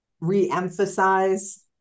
re-emphasize